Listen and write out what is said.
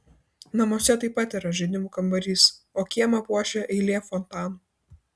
namuose taip pat yra žaidimų kambarys o kiemą puošia eilė fontanų